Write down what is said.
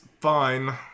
fine